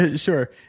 Sure